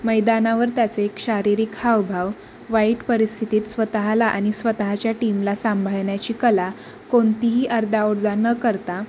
मैदानावर त्याचे शारीरिक हावभाव वाईट परिस्थितीत स्वतःला आणि स्वतःच्या टीमला सांभाळण्याची कला कोणतीही आरडाओरडा न करता